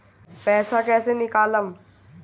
पैसा कैसे निकालम?